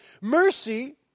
Mercy